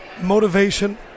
motivation